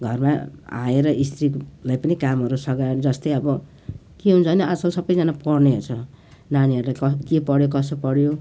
घरमा आएर स्त्रीलाई पनि कामहरू सघाएर जस्तै अब के हुन्छ भने आजकल सबैजना पढ्नेहरू छ नानीहरूले क के पढ्यो कसो पढ्यो